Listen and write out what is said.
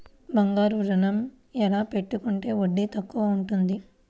బంగారు ఋణం ఎలా పెట్టుకుంటే వడ్డీ తక్కువ ఉంటుంది?